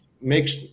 makes